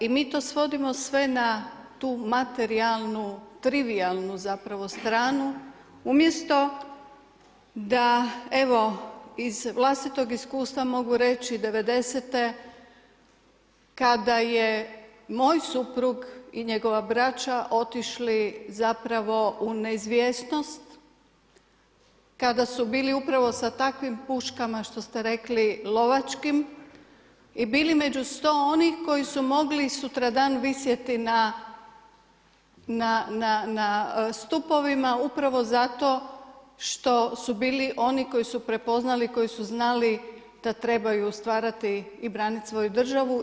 I mi to svodimo sve na tu materijalnu trivijalnu zapravo stranu, umjesto, da evo, iz vlastitog iskustva mogu reći, '90.-te kada je moj suprug i njegova braća otišli zapravo u neizvjesnost, kada su bili upravo sa takvim puškama, što ste rekli lovačkim i bili među sto onih koji su mogli sutradan visjeti na stupovima, upravo zato što su bili oni koji su prepoznali koji su znali da trebaju stvarati i braniti svoju državu.